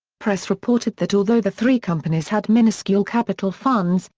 press reported that although the three companies had minuscule capital funds,